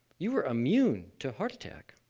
you were immune to heart attack.